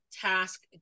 task